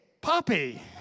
puppy